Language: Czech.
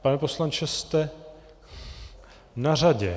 Pane poslanče, jste na řadě.